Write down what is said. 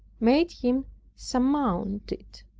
made him surmount it.